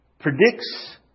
predicts